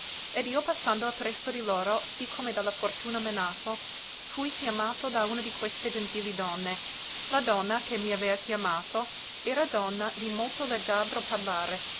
ed io passando appresso di loro sì come da la fortuna menato fui chiamato da una di queste gentili donne la donna che m'avea chiamato era donna di molto leggiadro parlare